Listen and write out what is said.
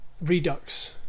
Redux